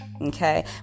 okay